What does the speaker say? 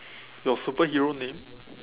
your superhero name